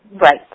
Right